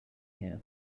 here